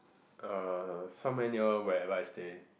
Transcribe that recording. uh somewhere near wherever I stay